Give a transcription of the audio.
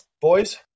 boys